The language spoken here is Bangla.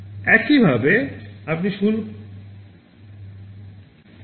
একইভাবে আপনি DUTY CYCLE এর বর্তমান মানটি পড়তে পারেন